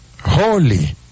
Holy